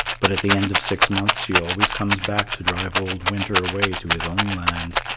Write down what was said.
but at the end of six months she always comes back to drive old winter away to his own land,